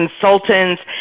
consultants